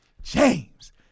James